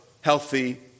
healthy